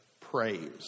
praise